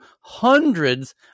hundreds